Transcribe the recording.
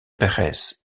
pérez